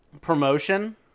Promotion